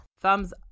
Thumbs